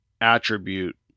attribute